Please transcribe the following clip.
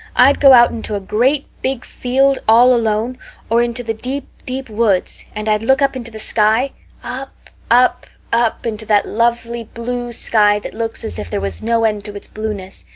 i'd go out into a great big field all alone or into the deep, deep, woods, and i'd look up into the sky up up up into that lovely blue sky that looks as if there was no end to its blueness.